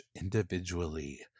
individually